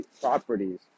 properties